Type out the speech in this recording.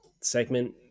segment